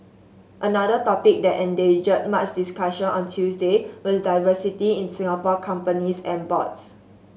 another topic that engendered much discussion on Tuesday was diversity in Singapore companies and boards